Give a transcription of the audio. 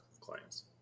clients